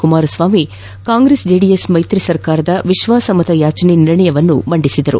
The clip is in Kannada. ಕುಮಾರಸ್ವಾಮಿ ಕಾಂಗ್ರೆಸ್ ಜೆಡಿಎಸ್ ಮೈತ್ರಿ ಸರ್ಕಾರದ ವಿಶ್ವಾಸಮತಯಾಚನೆ ನಿರ್ಣಯ ಮಂಡಿಸಿದರು